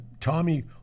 Tommy